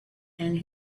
and